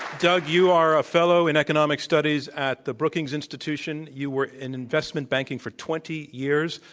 doug, you are a fellow in economic studies at the brookings institution. you were in investment banking for twenty years,